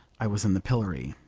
i was in the pillory.